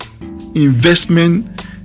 investment